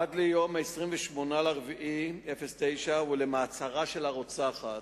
עד ליום 28 באפריל 2009 ועד למעצרה של הרוצחת,